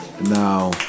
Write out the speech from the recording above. Now